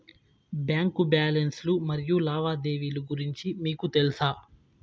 Bank బ్యాలెన్స్ లు మరియు లావాదేవీలు గురించి మీకు తెల్సా?